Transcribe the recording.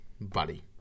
buddy